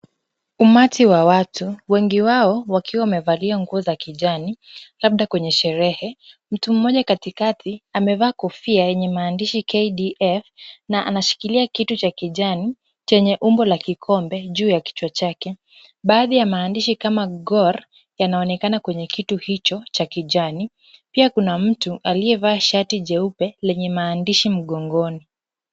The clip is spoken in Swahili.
Umati wa watu wengi wao wakiwa wamevalia nguo za kijani labda kwenye sherehe . Mtu mmoja katikati amevaa kofia yenye maandishi KDF na anashikilia kitu cha kijani chenye umbo la kikombe juu ya kichwa chake . Baadhi ya maandishi kama Gor yanaonekana kwenye kitu hicho cha kijani. Pia kuna mtu aliyevaa shati jeupe lenye maandishi mgongoni.